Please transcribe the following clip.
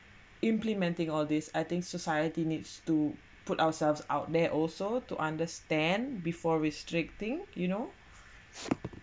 implementing all these I think society needs to put ourselves out there also to understand before restricting you know